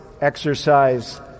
exercise